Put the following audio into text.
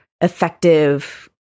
effective